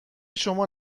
شما